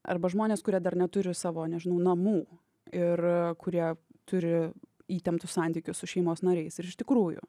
arba žmonės kurie dar neturi savo nežinau namų ir kurie turi įtemptus santykius su šeimos nariais ir iš tikrųjų